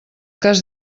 cas